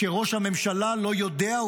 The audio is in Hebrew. שראש הממשלה לא יודע,